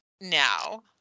now